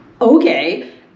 Okay